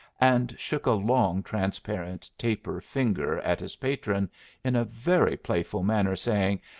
and shook a long transparent taper finger at his patron in a very playful manner, saying,